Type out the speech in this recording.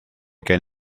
gen